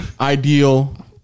Ideal